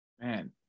Man